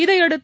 இதையடுத்து